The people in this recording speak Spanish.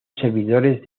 servidores